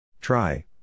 Try